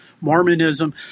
Mormonism